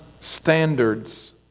standards